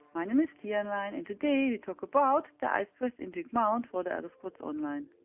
my name is tianlein and today we talk about the icebreath indrik mount for the elder scrolls online.